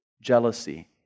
jealousy